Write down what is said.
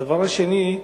הדבר השני,